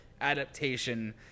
adaptation